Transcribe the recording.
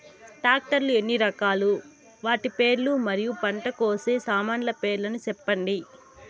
Tractor లు ఎన్ని రకాలు? వాటి పేర్లు మరియు పంట కోసే సామాన్లు పేర్లను సెప్పండి?